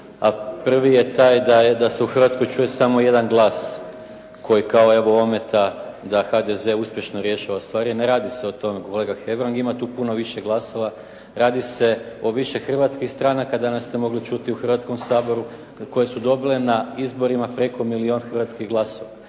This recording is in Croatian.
Prvi je taj da se u Hrvatskoj čuje samo jedan glas koji kao evo ometa da HDZ uspješno rješava stvari. Ne radi se o tome kolega Hebrang, ima tu puno više glasova. Radi se o više hrvatskih stranaka. Danas ste mogli čuti u Hrvatskom saboru koje su dobile na izborima preko milijun hrvatskih glasova.